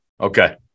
Okay